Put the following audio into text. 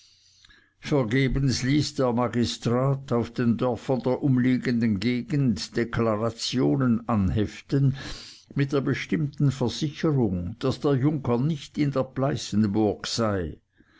vergebens ließ der magistrat auf den dörfern der umliegenden gegend deklarationen anheften mit der bestimmten versicherung daß der junker nicht in der pleißenburg sei